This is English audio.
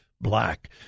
black